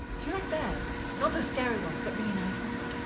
do you like bears? not those scary ones but really nice ones?